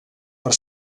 per